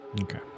Okay